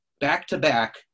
back-to-back